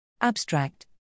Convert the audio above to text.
Abstract